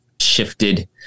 shifted